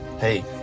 Hey